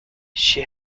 she